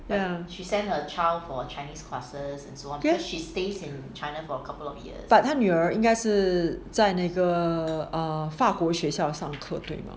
ya 她女儿应该是在那个 err 法国学校上课对吗